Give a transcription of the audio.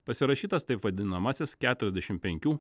pasirašytas taip vadinamasis keturiasdešim penkių